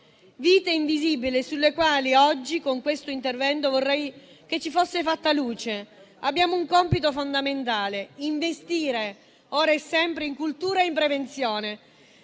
vite invisibili, sulle quali oggi con questo intervento vorrei che fosse fatta luce. Abbiamo un compito fondamentale: investire ora e sempre in cultura e in prevenzione.